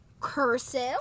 cursive